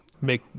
make